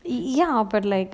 ya but like